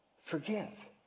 forgive